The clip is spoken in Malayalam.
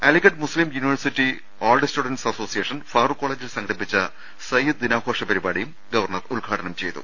Aligarh Muslim university old students association Farooq കോളേജിൽ സംഘടി പ്പിച്ച സയ്യിദ് ദിനാഘോഷ പരിപാടിയും ഗവർണർ ഉദ്ഘാടനം ചെയ്തു